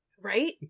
Right